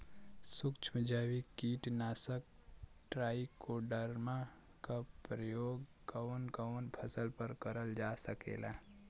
सुक्ष्म जैविक कीट नाशक ट्राइकोडर्मा क प्रयोग कवन कवन फसल पर करल जा सकेला?